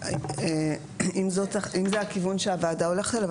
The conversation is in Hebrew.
אם זה הכיוון שהוועדה הולכת אליו,